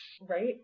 Right